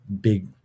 big